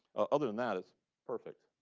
other than that, it's perfect.